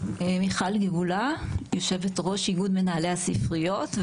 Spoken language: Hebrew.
יו"ר איגוד מנהלי הספריות,